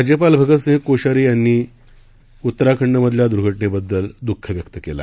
राज्यपाल भगतसिंह कोश्यारी यांनी उत्तराखंडमधल्या दुर्घटनेबद्दल दुःख व्यक्त केलं आहे